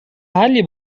حلی